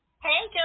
Hey